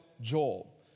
Joel